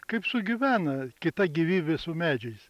kaip sugyvena kita gyvybė su medžiais